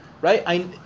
right